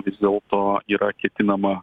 vis dėlto yra ketinama